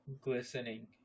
glistening